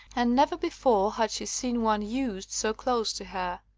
and never before had she seen one used so close to her.